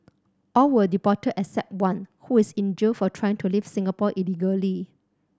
all were deported except one who is in jail for trying to leave Singapore illegally